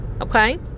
okay